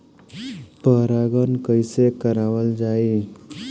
परागण कइसे करावल जाई?